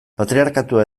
patriarkatua